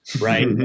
right